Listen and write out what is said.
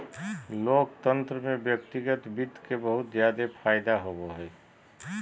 लोकतन्त्र में व्यक्तिगत वित्त के बहुत जादे फायदा होवो हय